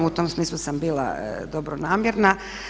U tom smislu sam bila dobronamjerna.